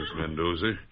Mendoza